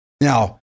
Now